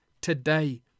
today